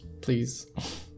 please